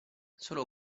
solo